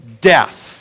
death